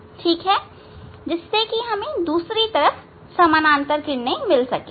ठीक है जिससे कि हमें दूसरी तरफ समानांतर किरणें मिल सके